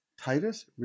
Titus